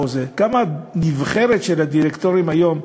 קמה נבחרת הדירקטורים של היום,